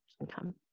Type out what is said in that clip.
income